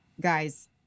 guys